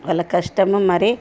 వాళ్ళ కష్టము మరి